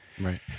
Right